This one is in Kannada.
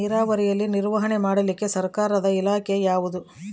ನೇರಾವರಿಯಲ್ಲಿ ನಿರ್ವಹಣೆ ಮಾಡಲಿಕ್ಕೆ ಸರ್ಕಾರದ ಇಲಾಖೆ ಯಾವುದು?